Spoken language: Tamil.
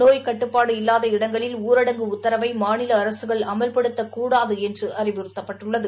நோய் கட்டுப்பாடு இல்லாத இடங்களில் ஊரடங்கு உத்தரவை மாநில அரசுகள் அமவ்படுத்தக் கூடாது என்று அறிவுறுத்தப்பட்டுள்ளது